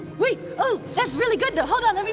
wait, oh that's really good. hold on, let me